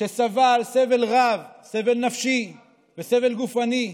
שסבל סבל רב, סבל נפשי וסבל גופני,